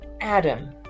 Adam